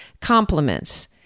compliments